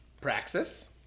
Praxis